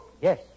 Yes